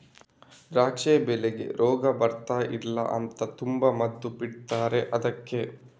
ದ್ರಾಕ್ಷಿ ಬೆಳೆಗೆ ರೋಗ ಬರ್ದೇ ಇರ್ಲಿ ಅಂತ ತುಂಬಾ ಮದ್ದು ಬಿಡ್ತಾರೆ ಅದ್ಕೆ